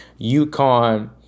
UConn